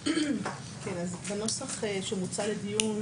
בנוסח שמוצע לדיון